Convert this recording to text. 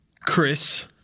Chris